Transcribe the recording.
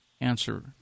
answer